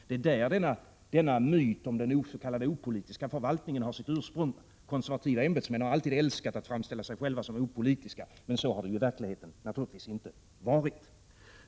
Det är där denna myt om den s.k. opolitiska förvaltningen har sitt ursprung. Konservativa ämbetsmän har alltid älskat att framställa sig själva som opolitiska, men så har det naturligtvis inte varit i verkligheten.